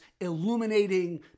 illuminating